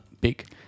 big